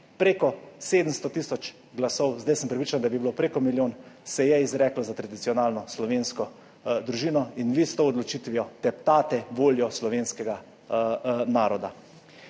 Preko 700 tisoč glasov, zdaj sem prepričan, da bi bilo preko milijon, se je izreklo za tradicionalno slovensko družino. In vi s to odločitvijo 32. TRAK: (AJ) 12.35